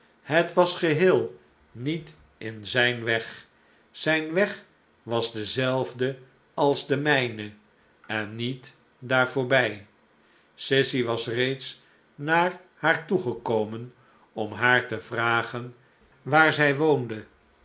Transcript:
het was geheel niet in zijn weg zijn weg was dezelfde als de mijne en niet daar voorbij sissy was reeds naar haar toegekomen om haar te vragen waar zij woonde